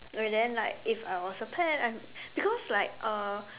okay then like if I was a pet I'm because like uh